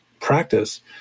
practice